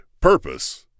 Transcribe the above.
Purpose